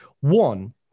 One